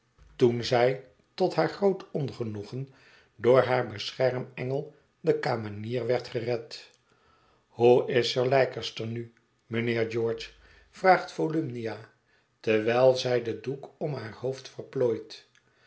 toen zij tot haar groot ongenoegen door haar beschermengel de kamenier werd gered hoe is sir leicester nu mijnheer george vraagt volumnia terwijl zij den doek om haar hoofd verplooit